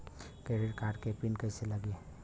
Credit card के PIN कैसे बनी?